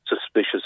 suspicious